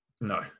No